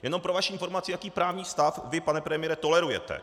Jenom pro vaši informaci jaký právní stav vy, pane premiére, tolerujete.